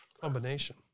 combination